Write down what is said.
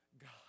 God